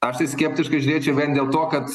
aš tai skeptiškai žiūrėčiau vien dėl to kad